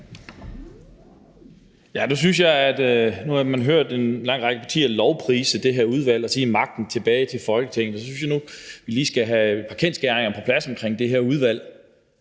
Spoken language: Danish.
(NB): Når man nu har hørt en lang række partier lovprise det her udvalg og sige magten tilbage til Folketinget, så synes jeg, vi lige skal have et par kendsgerninger på plads omkring det her udvalg.